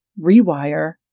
rewire